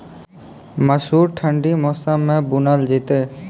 मसूर ठंडी मौसम मे बूनल जेतै?